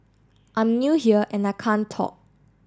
I'm new here and I can't talk